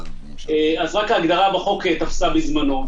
אז רק ההגדרה בחוק תפסה בזמנו.